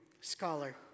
scholar